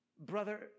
Brother